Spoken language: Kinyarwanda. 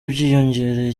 byiyongereye